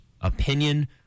opinion